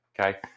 Okay